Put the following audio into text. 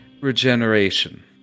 regeneration